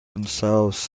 themselves